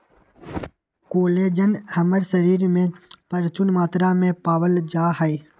collagen हमर शरीर में परचून मात्रा में पावल जा हई